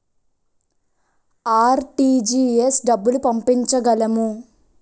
RTGS డబ్బులు పంపించగలము?